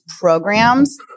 programs